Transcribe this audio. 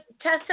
Tessa